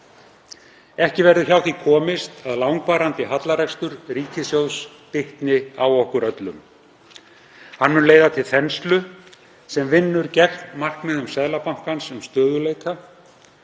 Ekki verður hjá því komist að langvarandi hallarekstur ríkissjóðs bitni á þjóðinni. Hann mun leiða til þenslu, sem vinnur gegn markmiðum Seðlabankans um stöðugleika,